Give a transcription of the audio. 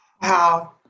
Wow